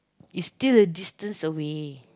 is still a distance away